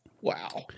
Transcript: Wow